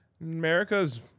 America's